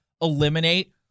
eliminate